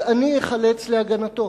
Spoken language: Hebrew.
אז אני אחלץ להגנתו.